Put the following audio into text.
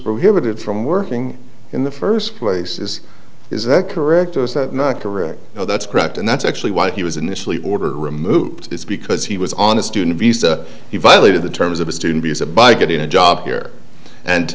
prohibited from working in the first place is is that correct or is that not correct now that's correct and that's actually why he was initially order removed because he was on a student visa he violated the terms of a student visa by getting a job here and